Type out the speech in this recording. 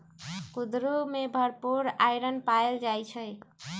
कुंदरू में भरपूर आईरन पाएल जाई छई